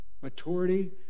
Maturity